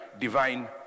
divine